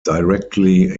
directly